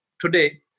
today